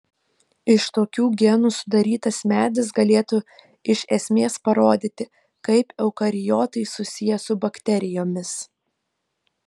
iš tokių genų sudarytas medis galėtų iš esmės parodyti kaip eukariotai susiję su bakterijomis